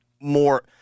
more